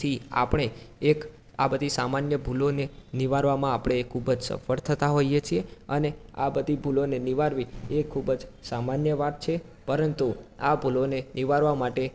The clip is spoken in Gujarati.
થી આપણે એક આ બધી સામાન્ય ભૂલોને નિવારવામાં ખૂબ જ સફળ થતા હોઈએ છીએ અને આ બધી ભૂલોને નિવારવી એ ખૂબ જ સામાન્ય વાત છે પરંતુ આ ભૂલોને નિવારવા માટે